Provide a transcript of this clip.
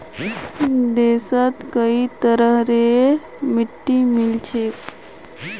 देशत कई तरहरेर मिट्टी मिल छेक